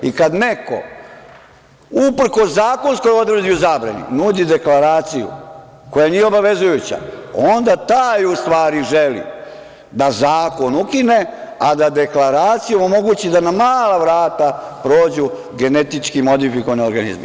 I kad neko, uprkos zakonskoj odredbi o zabrani, nudi deklaraciju, koja nije obavezujuća, onda taj u stvari želi da zakon ukine a da deklaracijom omogući da na mala vrata prođu genetički modifikovani organizmi.